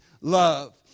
love